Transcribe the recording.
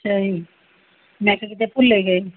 ਅੱਛਾ ਜੀ ਮੈਂ ਕਿਹਾ ਕਿਤੇ ਭੁੱਲ ਏ ਗਏ